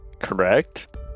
correct